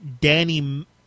Danny